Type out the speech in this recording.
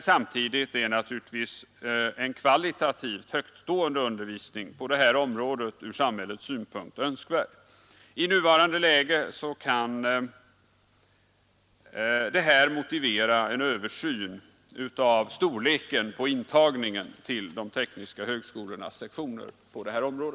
Samtidigt är naturligtvis en kvalitativt högtstående undervisning på detta område ur samhällets synpunkt önskvärd. I nuvarande läge kan detta motivera en översyn av storleken på intagningen till de tekniska högskolornas sektioner på detta område.